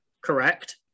Correct